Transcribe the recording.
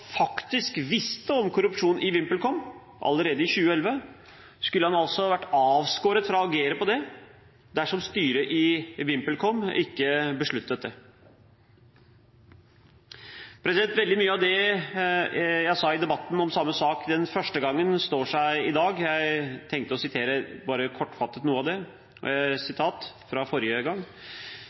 faktisk visste om korrupsjon i VimpelCom allerede i 2011, skulle han altså vært avskåret fra å agere på det dersom styret i VimpelCom ikke besluttet det. Veldig mye av det jeg sa i debatten om samme sak den første gangen, står seg i dag. Jeg tenkte bare kortfattet å sitere noe av det: «Jeg og